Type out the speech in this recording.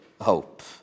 hope